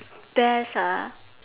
best ah